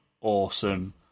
awesome